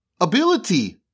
ability